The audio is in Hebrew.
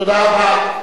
תודה רבה.